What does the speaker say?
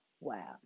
Wow